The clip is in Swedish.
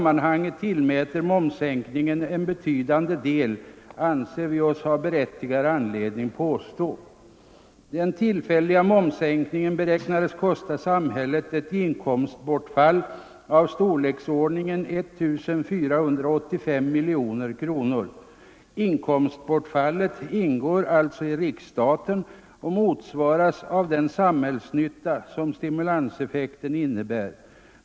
Att momssänkningen har en betydande del härvid anser vi oss ha berättigad anledning påstå. Den tillfälliga momssänkningen beräknades kosta samhället ett inkomstbortfall av storleksordningen 1485 miljoner kronor. Inkomstbortfallet ingår alltså i riksstaten och motsvaras av den samhällsnytta som stimulanseffekten innebär.